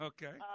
Okay